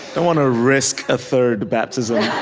don't want to risk a third baptism yeah